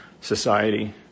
society